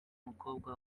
mukobwa